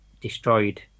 destroyed